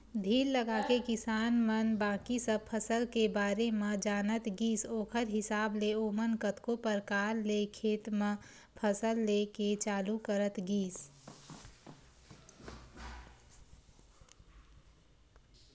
धीर लगाके किसान मन बाकी सब फसल के बारे म जानत गिस ओखर हिसाब ले ओमन कतको परकार ले खेत म फसल लेके चालू करत गिस